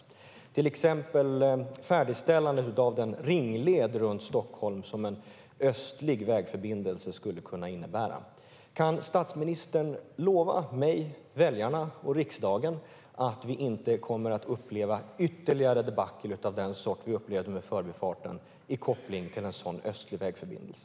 Det gäller till exempel färdigställandet av den ringled runt Stockholm som en östlig vägförbindelse skulle kunna innebära. Kan statsministern lova mig, väljarna och riksdagen att vi inte kommer att uppleva ytterligare debacle av den sort vi upplevde med Förbifarten i koppling till en östlig vägförbindelse?